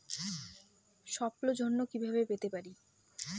স্বল্প ঋণ কিভাবে পেতে পারি?